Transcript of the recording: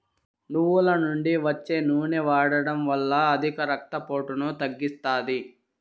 నువ్వుల నుండి వచ్చే నూనె వాడడం వల్ల అధిక రక్త పోటును తగ్గిస్తాది